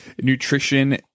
nutrition